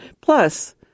Plus